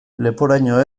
leporaino